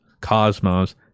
Cosmos